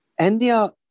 India